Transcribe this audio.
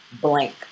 blank